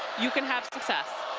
you can have success.